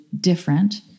different